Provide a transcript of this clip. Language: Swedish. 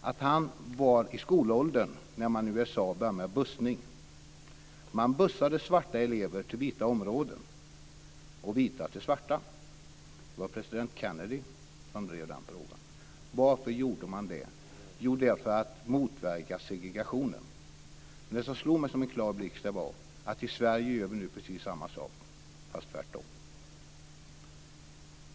att han var i skolåldern när man i USA började med bussning. Man bussade svarta elever till vita områden och vita elever till svarta områden. Det var president Kennedy som drev den frågan. Varför gjorde man det? Jo, för att motverka segregationen. Vad som slog mig var att vi nu gör precis tvärtom.